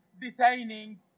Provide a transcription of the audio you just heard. detaining